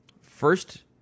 first